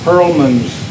Perlman's